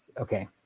okay